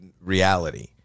reality